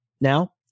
Now